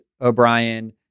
O'Brien